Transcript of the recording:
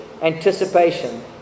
anticipation